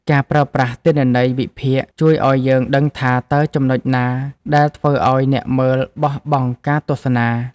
ការប្រើប្រាស់ទិន្នន័យវិភាគ ជួយឱ្យយើងដឹងថា តើចំណុចណាដែលធ្វើឱ្យអ្នកមើលបោះបង់ការទស្សនា។